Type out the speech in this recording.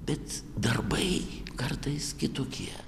bet darbai kartais kitokie